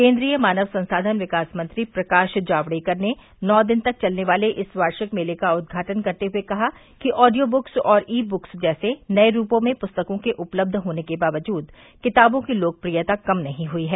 केन्द्रीय मानव संसाधन विकास मंत्री प्रकाश जावड़ेकर ने नौ दिन तक चलने वाले इस वार्षिक मेले का उद्घाटन करते हुए कहा कि ऑडियो बुक्स और ई बुक्स जैसे नये रूपों में पुस्तकों के उपलब्ध होने के बावजूद किताबों की लोकप्रियता कम नहीं हुई है